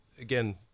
again